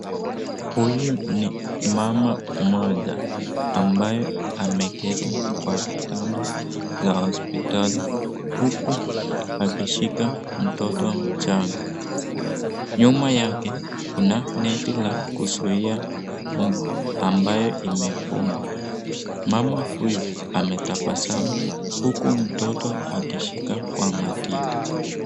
Huyu ni mama mmoja ambaye ameketi kwa kitanda za hospitali, huku akishika mtoto mchanga, nyuma yake kuna neti la kuzuia mbu, ambaye imefungwa. Mama huyu ametabasamu huku mtoto ameshika kwa matiti.